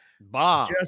Bob